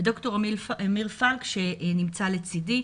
לד"ר אמיר פלק שנמצא לצדי.